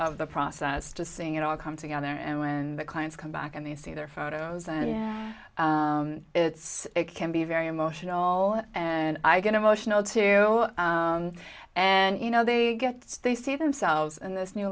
of the process to seeing it all come together and when the clients come back and they see their photos and it's it can be very emotional and i get emotional too and you know they get that they see themselves in this new